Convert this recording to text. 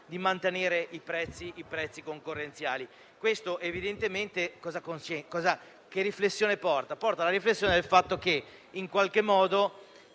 Grazie